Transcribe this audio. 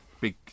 big